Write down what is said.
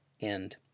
end